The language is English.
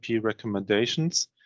recommendations